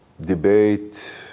debate